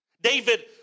David